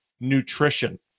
nutrition